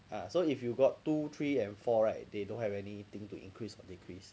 ah so if you've got two three and four right they don't have any thing to increase or decrease